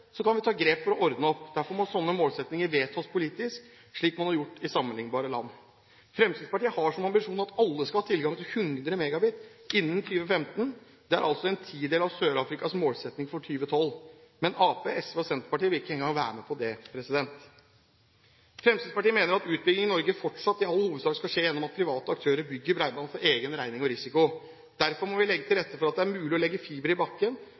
kan vi ta grep for å ordne opp. Derfor må sånne målsettinger vedtas politisk, slik man har gjort i sammenlignbare land. Fremskrittspartiet har som ambisjon at alle skal ha tilgang til 100 MB/s innen 2015. Dette er altså en tidel av Sør-Koreas målsetting for 2012, men Arbeiderpartiet, SV eller Senterpartiet vil ikke engang være med på dette. Fremskrittspartiet mener at utbygging i Norge fortsatt og i all hovedsak skal skje gjennom at private aktører bygger bredbånd for egen regning og risiko. Derfor må vi legge til rette for at det er mulig å legge fiber i bakken,